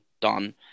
done